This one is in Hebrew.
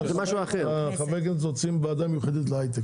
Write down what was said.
אבל חברי הכנסת רוצים ועדה מיוחדת להייטק,